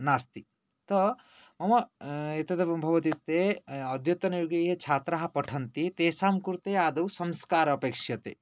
नास्ति अतः मम एतदपि भवति ते अद्यतनयुगे छात्राः पठन्ति तेषां कृते आदौ संस्कारः अपेक्ष्यते